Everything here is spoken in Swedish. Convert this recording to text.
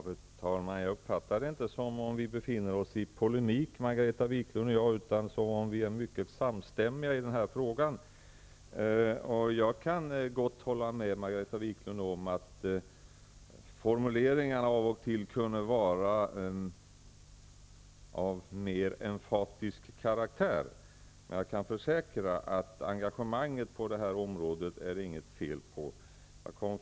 Fru talman! Jag uppfattar det inte som att vi befinner oss i polemik, Margareta Viklund och jag, utan som att vi är mycket samstämmiga i denna fråga. Jag kan gott hålla med Margareta Viklund om att formuleringarna av och till kunde vara av mer emfatisk karaktär. Jag kan dock försäkra att det inte är något fel på engagemanget på det här området.